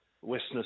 Western